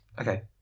Okay